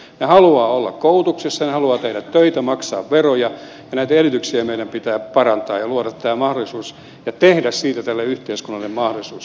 he haluavat olla koulutuksessa ja he haluavat tehdä töitä maksaa veroja ja näitä edellytyksiä meidän pitää parantaa ja luoda tämä mahdollisuus ja tehdä siitä tälle yhteiskunnalle mahdollisuus